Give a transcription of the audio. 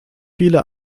viele